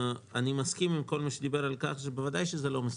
אני מסכים עם כל מי שדיבר על כך שבוודאי שזה לא מספק.